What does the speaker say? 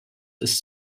ist